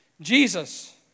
Jesus